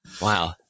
Wow